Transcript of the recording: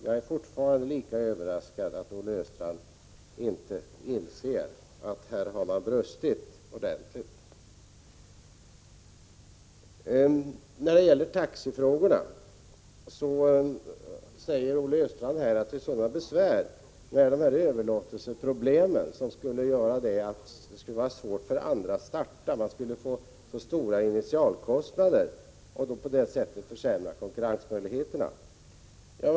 Jag är fortfarande lika överraskad över att Olle Östrand inte inser att man här har brustit ordentligt. Beträffande taxifrågorna säger Olle Östrand att överlåtelserna innebär sådana besvär att det skulle bli svårt för andra att starta. Initialkostnaderna skulle bli så stora och på det sättet skulle konkurrensmöjligheterna försämras.